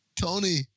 Tony